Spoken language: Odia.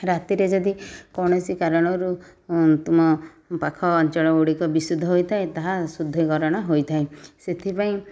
ରାତିରେ ଯଦି କୌଣସି କାରଣରୁ ତୁମ ପାଖ ଅଞ୍ଚଳଗୁଡ଼ିକ ବିଶୁଦ୍ଧହୋଇଥାଏ ତାହା ଶୁଦ୍ଧିକରଣ ହୋଇଥାଏ ସେଥିପାଇଁ